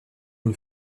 une